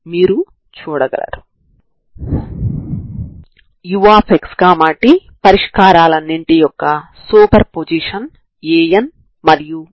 కాబట్టి ఈ కొత్త లేదా పాత చరరాశులలో ఈ జకోబియన్ ఏమౌతుంది